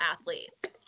athlete